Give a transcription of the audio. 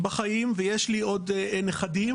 בחיים ויש לי עוד נכדים